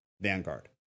Vanguard